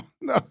no